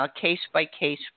case-by-case